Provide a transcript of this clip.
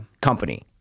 company